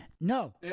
No